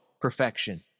perfection